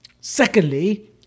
Secondly